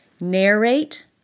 narrate